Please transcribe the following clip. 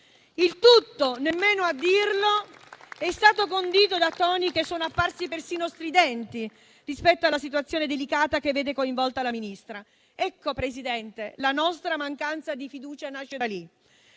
Il tutto - nemmeno a dirlo - è stato condito da toni che sono apparsi persino stridenti rispetto alla situazione delicata che vede coinvolta la Ministra. Ecco, Presidente, la nostra mancanza di fiducia nasce da lì,